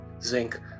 zinc